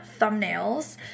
thumbnails